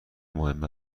مهم